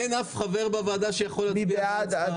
אין אף חבר בוועדה שיכול להצביע בעד שכר החיילים?